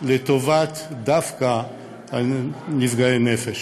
לטובת דווקא נפגעי נפש,